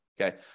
Okay